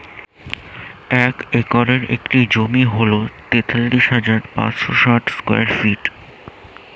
এক একরের একটি জমি হল তেতাল্লিশ হাজার পাঁচশ ষাট স্কয়ার ফিট